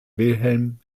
wilhelm